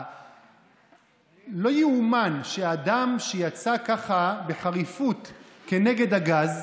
לא ייאמן שאדם יצא ככה בחריפות כנגד הגז,